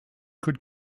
could